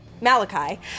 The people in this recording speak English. Malachi